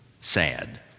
sad